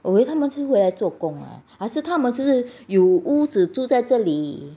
我以为他们是回来做工的啊还是他们是有屋子住在这里